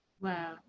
Wow